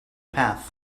path